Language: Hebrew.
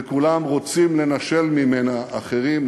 וכולם רוצים לנשל ממנה אחרים,